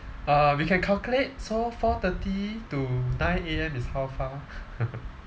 uh we can calculate so four thirty to nine A_M is how far